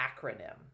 acronym